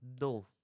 no